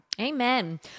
Amen